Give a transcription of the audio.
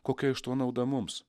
kokia iš to nauda mums